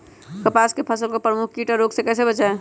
कपास की फसल को प्रमुख कीट और रोग से कैसे बचाएं?